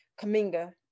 Kaminga